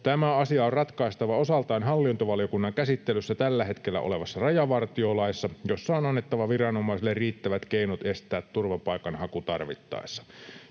Tämä asia on ratkaistava osaltaan hallintovaliokunnan käsittelyssä tällä hetkellä olevassa rajavartiolaissa, jossa on annettava viranomaisille riittävät keinot estää turvapaikanhaku tarvittaessa.